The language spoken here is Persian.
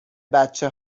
بچه